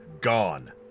gone